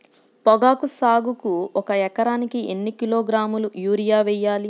పొగాకు సాగుకు ఒక ఎకరానికి ఎన్ని కిలోగ్రాముల యూరియా వేయాలి?